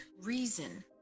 reason